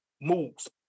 moves